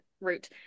route